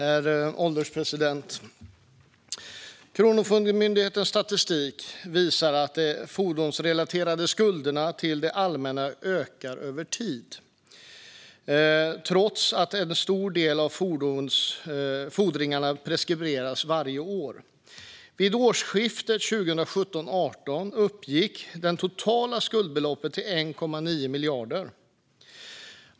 Herr ålderspresident! Kronofogdemyndighetens statistik visar att de fordonsrelaterade skulderna till det allmänna ökar över tid trots att en stor del av fordringarna preskriberas varje år. Vid årsskiftet 2017/18 uppgick det totala skuldbeloppet till 1,9 miljarder kronor.